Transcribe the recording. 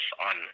on